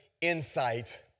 insight